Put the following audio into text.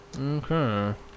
Okay